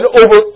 over